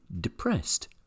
depressed